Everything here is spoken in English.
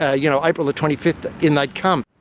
ah you know april twenty five, in they'd come.